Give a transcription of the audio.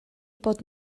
bod